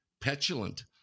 petulant